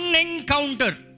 encounter